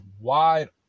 wide